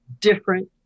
different